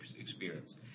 experience